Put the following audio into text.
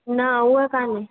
न उहा कान्हे